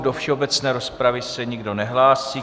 Do všeobecné rozpravy se nikdo nehlásí.